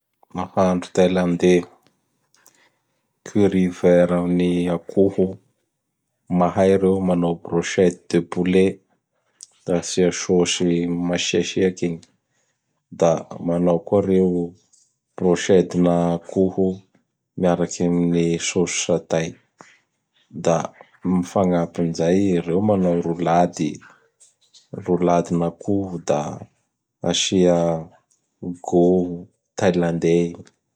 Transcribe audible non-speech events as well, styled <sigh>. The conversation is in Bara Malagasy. Nahandro Thailandais! Curry vert amin'ny akoho; <noise> mahay reo manao Brochette de poulet da asia sôsy masiasiaky igny. Da manao koa reo Brochete na akoho miaraky amin'ny sôsy Saday. Da gn fagnapin gn zay da reo manao rolady!roladin'akoho da asia goho Thailandais.